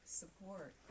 support